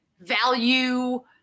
value